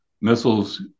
missiles